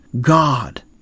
God